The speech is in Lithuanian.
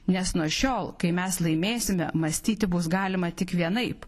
nes nuo šiol kai mes laimėsime mąstyti bus galima tik vienaip